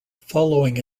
following